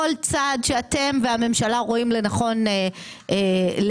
או כל צעד שאתם והממשלה רואים לנכון להביא,